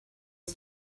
uns